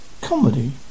Comedy